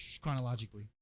chronologically